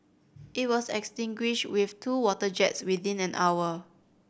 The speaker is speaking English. it was extinguished with two water jets within an hour